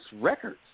records